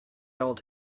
old